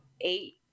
eight